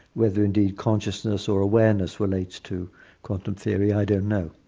whether indeed consciousness or awareness relates to quantum theory, i don't know.